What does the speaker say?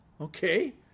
okay